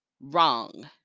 Wrong